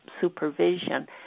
supervision